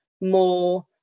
more